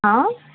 ہاں